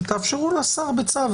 תאפשרו לשר בצו.